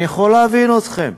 אני יכול להבין אתכם.